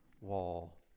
wall